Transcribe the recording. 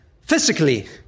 Physically